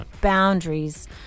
boundaries